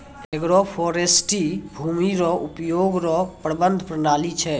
agroforestry भूमी रो उपयोग रो प्रबंधन प्रणाली छै